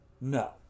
No